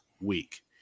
week